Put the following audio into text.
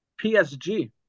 PSG